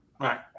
right